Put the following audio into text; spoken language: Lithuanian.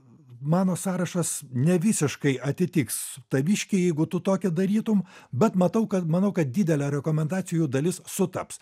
mano sąrašas nevisiškai atitiks taviškį jeigu tu tokį darytum bet matau kad manau kad didelė rekomendacijų dalis sutaps